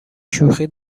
شوخی